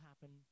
happen